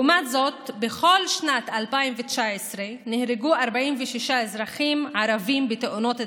בכל שנת 2019 נהרגו 46 אזרחים ערבים בתאונות דרכים,